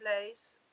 place